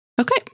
Okay